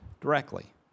directly